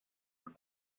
are